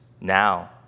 now